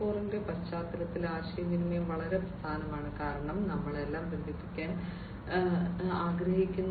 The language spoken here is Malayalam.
0 ന്റെ പശ്ചാത്തലത്തിൽ ആശയവിനിമയം വളരെ പ്രധാനമാണ് കാരണം ഞങ്ങൾ എല്ലാം ബന്ധിപ്പിക്കാൻ ആഗ്രഹിക്കുന്നു